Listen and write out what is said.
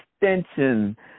extension